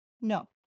No